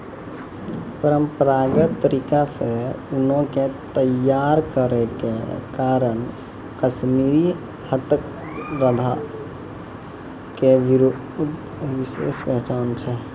परंपरागत तरीका से ऊनो के तैय्यार करै के कारण कश्मीरी हथकरघा के विशेष पहचान छै